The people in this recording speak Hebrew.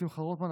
שמחה רוטמן,